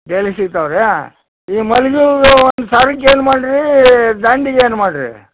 daily ಸಿಕ್ತಾವೆ ರೀ ಈ ಮಲ್ಲಿಗೆ ಹೂವು ಒಂದು ಸರಕ್ಕೆ ಏನುಮಾಡ್ರಿ ದಂಡಿಗೆ ಏನುಮಾಡ್ರಿ